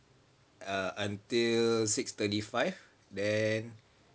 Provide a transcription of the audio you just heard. err until six thirty five then